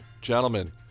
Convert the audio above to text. Gentlemen